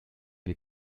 wir